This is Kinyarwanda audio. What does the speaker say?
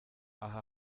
aha